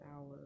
hour